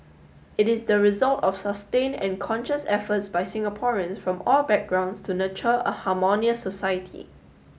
it is the result of sustained and conscious efforts by Singaporeans from all backgrounds to nurture a harmonious society